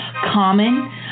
common